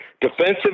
defensive